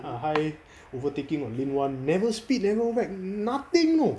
ah hi overtaking on lane one never speed never whack nothing you know